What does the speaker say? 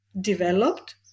developed